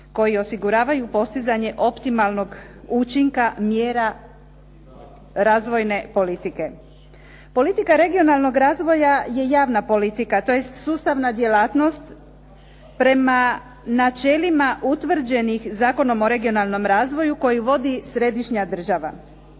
koji osiguravaju postizanje optimalnog učinka mjera razvojne politike. Politika regionalnog razvoja je javna politika, tj. sustavna djelatnost prema načelima utvrđenih Zakonom o regionalnom razvoju koji vodi središnja država,